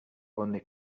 only